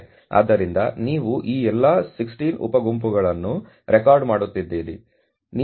ಆದ್ದರಿಂದ ನೀವು ಈ ಎಲ್ಲಾ 16 ಉಪ ಗುಂಪುಗಳನ್ನು ರೆಕಾರ್ಡ್ ಮಾಡುತ್ತಿದ್ದೀರಿ